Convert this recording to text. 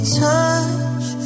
touch